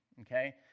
okay